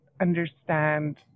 understand